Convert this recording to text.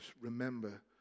remember